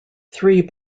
three